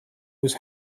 was